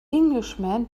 englishman